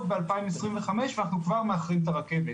ב-2025 ואנחנו כבר מאחרים את הרכבת.